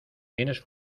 tienes